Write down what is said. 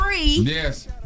Yes